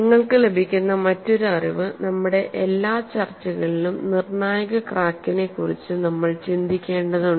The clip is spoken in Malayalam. നിങ്ങൾക്ക് ലഭിക്കുന്ന മറ്റൊരു അറിവ് നമ്മുടെ എല്ലാ ചർച്ചകളിലും നിർണായക ക്രാക്കിനെക്കുറിച്ച് നമ്മൾ ചിന്തിക്കേണ്ടതുണ്ട്